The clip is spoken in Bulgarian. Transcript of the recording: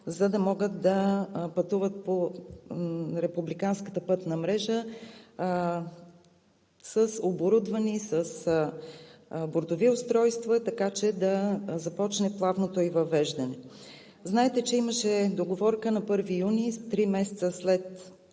за да могат да пътуват по републиканската пътна мрежа, оборудвани с бордови устройства, така че да започне плавното им въвеждане. Знаете, че имаше договорка на 1 юни – три месеца след